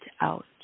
out